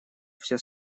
все